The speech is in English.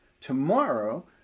Tomorrow